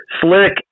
Slick